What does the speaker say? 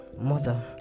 mother